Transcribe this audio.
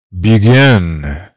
begin